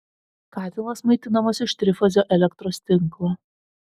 katilas maitinamas iš trifazio elektros tinklo